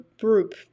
group